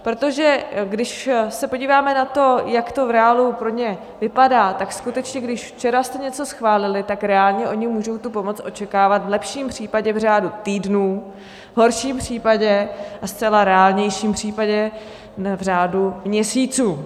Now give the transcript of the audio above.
Protože když se podíváme na to, jak to v reálu pro ně vypadá, tak skutečně když včera jste něco schválili, tak reálně oni můžou tu pomoc očekávat v lepším případě v řádu týdnů, v horším případě a zcela reálnějším případě v řádu měsíců.